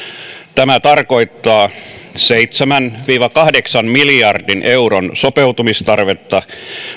tämä tarkoittaa seitsemän viiva kahdeksan miljardin euron sopeutustarvetta